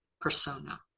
persona